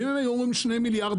ואם הם היו אומרים שני מיליארד,